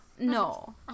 No